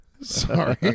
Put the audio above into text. Sorry